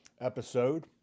episode